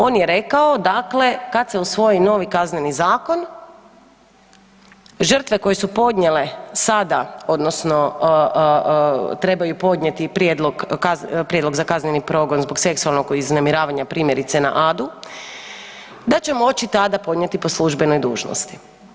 On je rekao kada se usvoji novi Kazneni zakon žrtve koje su podnijele sada odnosno trebaju podnijeti prijedlog za kazneni progon zbog seksualnog uznemiravanja primjerice na Adu, da će moći tada podnijeti po službenoj dužnosti.